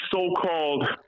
so-called